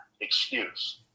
excuse